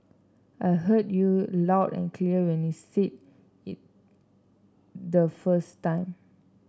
I heard you loud and clear when you said it the first time